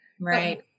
Right